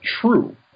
true